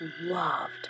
loved